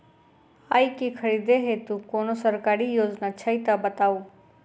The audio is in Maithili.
आइ केँ खरीदै हेतु कोनो सरकारी योजना छै तऽ बताउ?